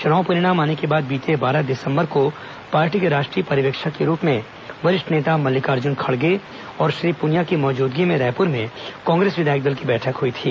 चुनाव परिणाम आने के बाद बीते बारह दिसंबर को पार्टी के राष्ट्रीय पर्यवेक्षक के रूप में वरिष्ठ नेता मल्लिकार्जुन खड़गे और श्री पुनिया की मौजूदगी में रायपुर में कांग्रेस विधायक दल की बैठक हुई थी